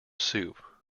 soup